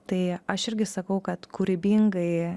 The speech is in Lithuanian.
tai aš irgi sakau kad kūrybingai